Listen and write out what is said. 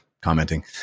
commenting